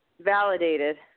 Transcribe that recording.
validated